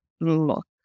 look